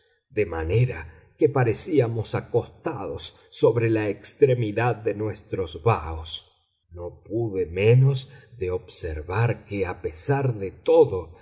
de manera que parecíamos acostados sobre la extremidad de nuestros baos no pude menos de observar que a pesar de todo